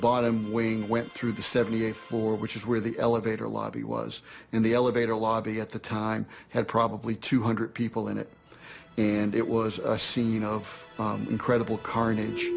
bottom wing went through the seventy eighth floor which is where the elevator lobby was in the elevator lobby at the time had probably two hundred people in it and it was a scene of incredible carnage